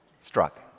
struck